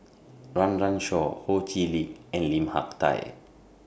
Run Run Shaw Ho Chee Lick and Lim Hak Tai